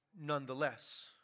nonetheless